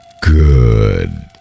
Good